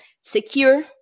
secure